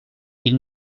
ils